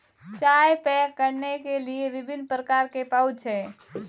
चाय पैक करने के लिए विभिन्न प्रकार के पाउच हैं